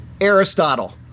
Aristotle